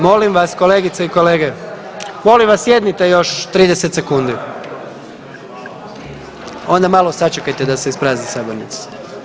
Molim vas kolegice i kolege, molim vas sjednite još 30 sekundi, onda malo sačekajte da se isprazni sabornica.